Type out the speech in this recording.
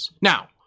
Now